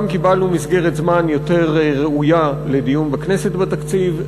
גם קיבלנו מסגרת זמן יותר ראויה לדיון בכנסת בתקציב.